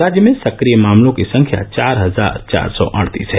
राज्य में सक्रिय मामलों की संख्या चार हजार चार सौ अड़तीस है